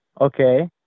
Okay